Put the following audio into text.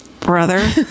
brother